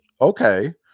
Okay